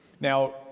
Now